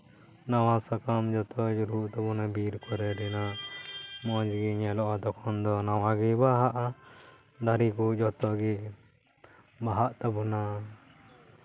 ᱱᱟᱣᱟ ᱥᱟᱠᱟᱢ ᱡᱚᱛᱚ ᱧᱩᱨᱦᱩᱜ ᱛᱟᱵᱚᱱᱟ ᱵᱤᱨ ᱠᱚᱨᱮ ᱨᱮᱱᱟᱜ ᱢᱚᱡᱽ ᱜᱮ ᱧᱮᱞᱚᱜᱼᱟ ᱛᱚᱠᱷᱚᱱ ᱫᱚ ᱱᱟᱣᱟᱜᱮ ᱵᱟᱦᱟᱜᱼᱟ ᱫᱟᱨᱮ ᱠᱚ ᱡᱚᱛᱚᱜᱮ ᱵᱟᱦᱟᱜ ᱛᱟᱵᱚᱱᱟ